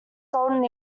golden